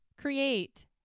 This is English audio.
create